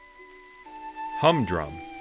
Humdrum